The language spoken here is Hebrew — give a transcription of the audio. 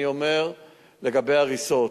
לגבי הריסות,